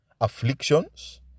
afflictions